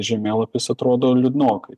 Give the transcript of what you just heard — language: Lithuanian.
žemėlapis atrodo liūdnokai